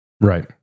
Right